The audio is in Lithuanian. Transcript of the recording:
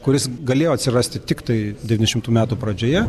kuris galėjo atsirasti tiktai devyniasdešimtų metų pradžioje